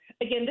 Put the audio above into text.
Again